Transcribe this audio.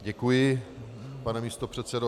Děkuji pane místopředsedo.